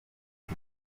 ati